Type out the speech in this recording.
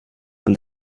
and